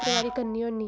चित्रकारी करना होन्नी